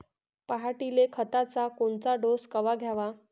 पऱ्हाटीले खताचा कोनचा डोस कवा द्याव?